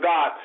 God